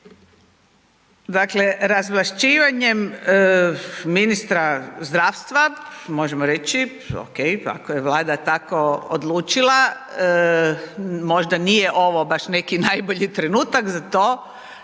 Dakle, razvlašćivanjem ministra zdravstva možemo reći ok, ako je Vlada tako odlučila, možda nije ovo neki najbolji trenutak za to,